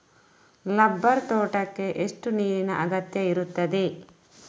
Rubber ತೋಟಕ್ಕೆ ಎಷ್ಟು ನೀರಿನ ಅಗತ್ಯ ಇರುತ್ತದೆ?